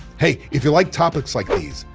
hey, if you like topics like these,